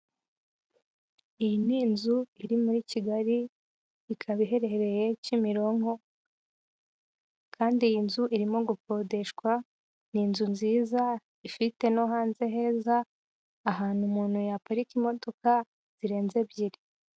Iyi ni inzu iri muri Kigali ikaba iherereye Kimironko. Kandi iyi nzu irimo gukodeshwa. Ni inzu nziza, ifite no hanze heza, ahantu umuntu yaparika imodoka zirenze ebyiri.